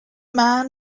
man